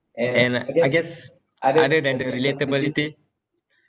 and I guess other than the relatability